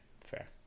fair